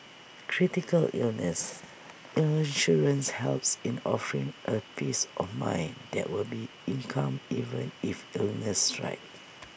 critical illness insurance helps in offering A peace of mind that will be income even if illnesses strike